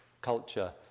culture